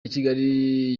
kigali